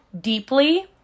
deeply